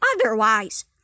otherwise